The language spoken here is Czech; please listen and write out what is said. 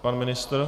Pan ministr?